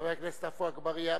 חבר הכנסת עפו אגבאריה.